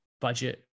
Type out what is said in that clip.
budget